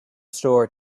store